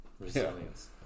Resilience